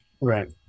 Right